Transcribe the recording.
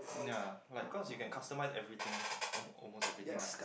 ya like cause you can customize everything al~ almost everything ah